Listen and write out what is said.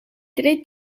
tre